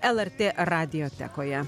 lrt radiotekoje